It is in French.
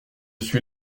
suis